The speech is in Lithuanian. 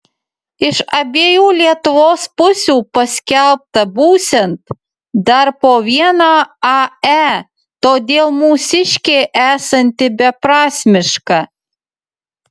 iš abiejų lietuvos pusių paskelbta būsiant dar po vieną ae todėl mūsiškė esanti beprasmiška